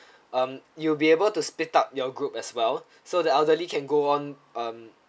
um you'll be able to split up your group as well so the elderly can go on um